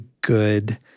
good